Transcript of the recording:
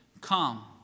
Come